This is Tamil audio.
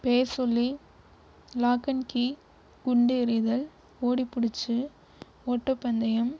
பேர் சொல்லி லாக் அண்ட் கீ குண்டு எறிதல் ஓடிப்புடிச்சு ஓட்டப்பந்தயம்